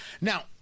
Now